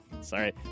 Sorry